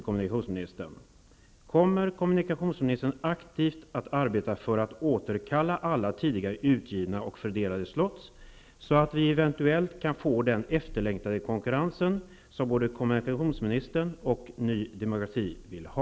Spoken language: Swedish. Kommer kommunikationsministern aktivt att arbeta för att återkalla alla tidigare utgivna och fördelade slots, så att vi eventuellt kan få den efterlängtade konkurrensen, som både kommunikationsministern och Ny Demokrati vill ha?